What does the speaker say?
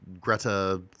Greta